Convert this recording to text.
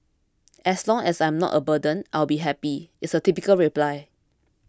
as long as I am not a burden I will be happy is a typical reply